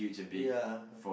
ya